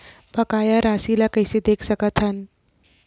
बकाया राशि ला कइसे देख सकत हान?